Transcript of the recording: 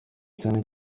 cyane